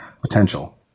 potential